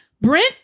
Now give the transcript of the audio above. Brent